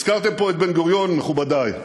הזכרתם פה את בן-גוריון, מכובדי.